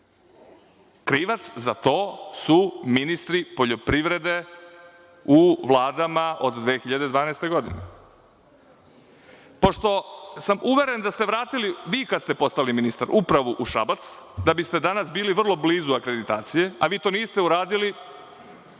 Krivac za to su ministri poljoprivrede u vladama od 2012. godine. Pošto sam uveren da ste vratili, vi kad ste postali ministar, upravu u Šabac, da biste danas bili vrlo blizu akreditacije, a vi to niste uradili,